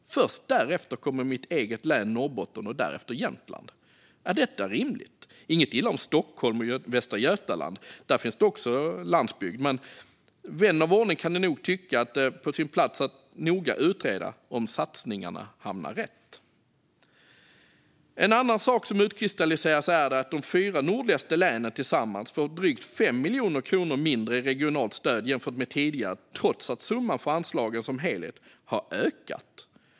Först därpå kommer mitt eget län Norrbotten och sedan Jämtland. Är detta rimligt? Inget illa om Stockholm och Västra Götaland - där finns det också landsbygd - men vän av ordning kan nog tycka att det är på sin plats att noga utreda om satsningarna hamnar rätt. En annan sak som utkristalliserar sig är att de fyra nordligaste länen tillsammans får drygt 5 miljoner kronor mindre i regionalt stöd jämfört med tidigare, trots att summan för anslagen som helhet har ökat.